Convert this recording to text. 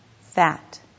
fat